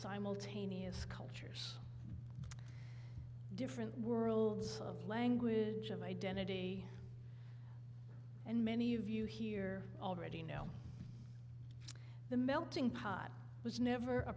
simultaneous cultures different worlds of language of identity and many of you here already know the melting pot was never a